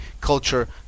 culture